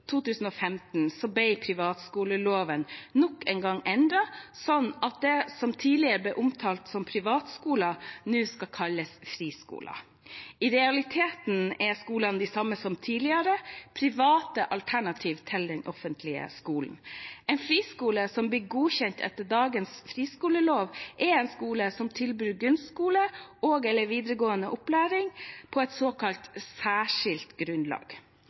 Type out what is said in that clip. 2015 ble privatskoleloven nok en gang endret, sånn at det som tidligere ble omtalt som privatskoler, nå skal kalles friskoler. I realiteten er skolene det samme som tidligere – private alternativ til den offentlige skolen. En friskole som blir godkjent etter dagens friskolelov, er en skole som tilbyr grunnskole og/eller videregående opplæring på et såkalt særskilt grunnlag.